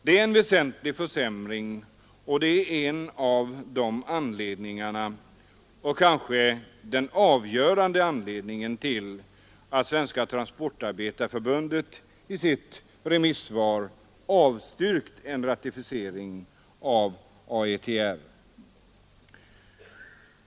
Det är en väsentlig försämring och en av anledningarna — kanske den avgörande anledningen — till att Svenska transportarbetareförbundet i sitt remissvar avstyrkt en ratificering av AETR.